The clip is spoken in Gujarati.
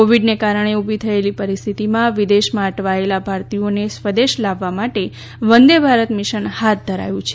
કોવિડના કારણે ઉભી થયેલી પરિસ્થિતિમાં વિદેશમાં અટવાયેલા ભારતીયોને સ્વદેશ લાવવા માટે વંદે ભારત મીશન હાથ ધરાયું છે